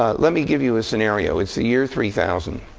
ah let me give you a scenario. it's the year three thousand.